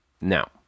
Now